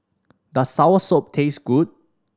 does soursop taste good